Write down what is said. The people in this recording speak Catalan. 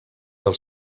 del